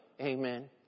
Amen